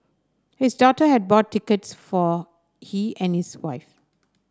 his daughter had bought tickets for he and his wife